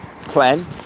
plan